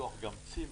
שיפתחו גם צימרים...